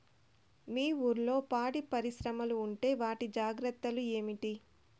మీ ఊర్లలో పాడి పరిశ్రమలు ఉంటే వాటి జాగ్రత్తలు ఏమిటి